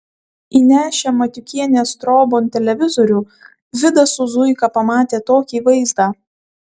įnešę matiukienės trobon televizorių vidas su zuika pamatė tokį vaizdą